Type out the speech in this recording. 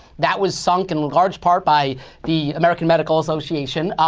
that was sunk in large part by the american medical association.